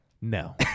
No